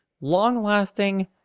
Long-Lasting